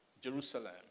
Jerusalem